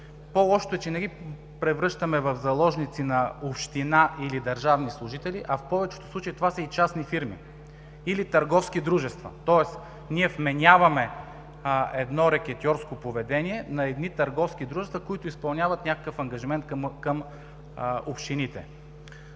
По-лошото е, че не ги превръщаме в заложници на община или държавни служители, а в повечето случаи това са и частни фирми или търговски дружества. Тоест вменяваме рекетьорско поведение на едни търговски дружества, които изпълняват някакъв ангажимент към общините.